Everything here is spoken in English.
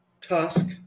Tusk